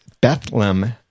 Bethlehem